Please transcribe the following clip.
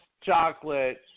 chocolate